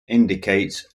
indicates